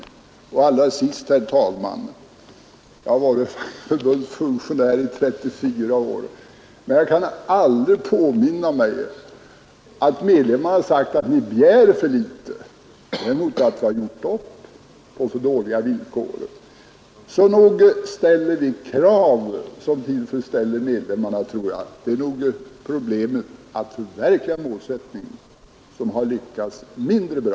Låt mig allra sist säga att jag har varit förbundsfunktionär i 34 år, men jag kan inte påminna mig att medlemmarna någonsin har sagt att vi begärt för litet — däremot har de ansett att vi gjort upp på för dåliga villkor — så nog ställer vi krav som tillfredsställer medlemmarna. Det är då det gällt att förverkliga målsättningen som vi har lyckats mindre bra.